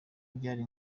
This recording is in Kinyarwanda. byari